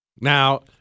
Now